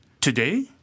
Today